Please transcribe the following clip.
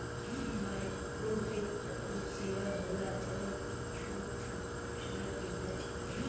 माइक्रोवित्त उ सेवा होला जवन की छोट छोट व्यवसाय के लक्ष्य करेला